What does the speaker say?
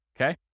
okay